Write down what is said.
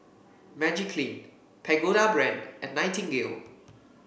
Magiclean Pagoda Brand and Nightingale